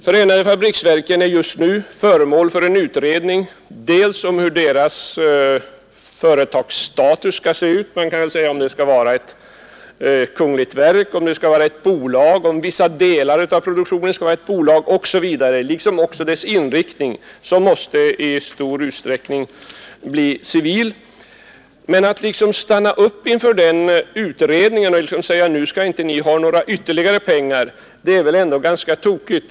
Förenade fabriksverken är just nu föremål för en utredning om företagets status — om det skall vara ett kungligt verk eller ett bolag, om vissa delar av produktionen skall drivas som bolag, osv. — liksom också dess inriktning, som i stor utsträckning måste bli civil. Men att stanna upp inför denna utredning och säga att företaget inte skall ha några ytterligare pengar, det vore ändå ganska tokigt.